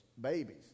babies